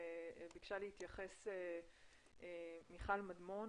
בקשה להתייחס מיכל מדמון,